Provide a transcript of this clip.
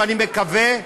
ואני מקווה,